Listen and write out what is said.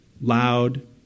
loud